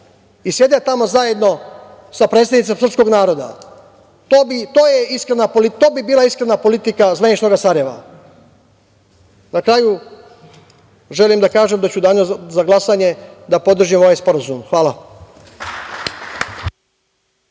i sede tamo zajedno sa predstavnicima srpskog naroda. To bi bila iskrena politika zvaničnog Sarajeva. Na kraju želim da kažem da ću u danu za glasanje da podržim ovaj Sporazum. Hvala.